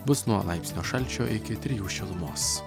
bus nuo laipsnio šalčio iki trijų šilumos